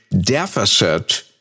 deficit